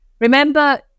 Remember